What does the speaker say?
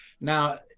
Now